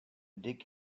dig